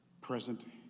present